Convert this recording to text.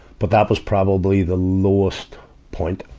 but that was probably the lowest point, ah,